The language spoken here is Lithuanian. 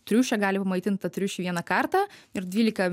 triušė gali pamaitint tą triušį vieną kartą ir dvyliką